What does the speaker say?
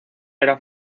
era